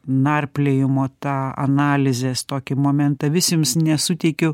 narpliojimo tą analizės tokį momentą vis jums nesuteikiu